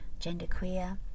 genderqueer